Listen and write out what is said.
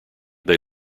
they